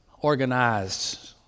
organized